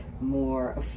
more